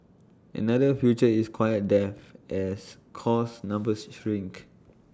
another future is quiet death as course numbers shrink